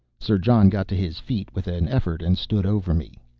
sir john got to his feet with an effort, and stood over me.